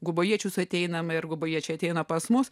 gobojiečius ateiname ir gubojiečiai ateina pas mus